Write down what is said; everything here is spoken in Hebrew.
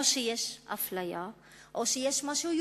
או שיש אפליה או שיש משהו שהוא